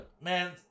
man